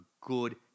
good